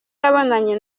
yabonanye